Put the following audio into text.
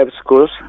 schools